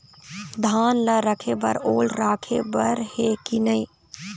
धान ला रखे बर ओल राखे बर हे कि नई?